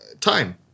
time